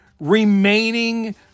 remaining